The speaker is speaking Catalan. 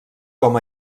com